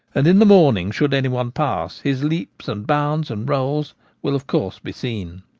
and in the morning, should any one pass, his leaps and bounds and rolls will of course be seen.